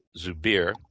Zubir